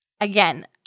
Again